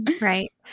Right